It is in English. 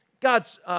God's